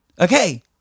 Okay